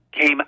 came